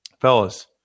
fellas